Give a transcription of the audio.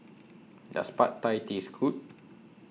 Does Pad Thai Taste Good